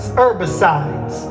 herbicides